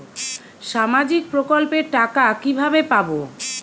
সামাজিক প্রকল্পের টাকা কিভাবে পাব?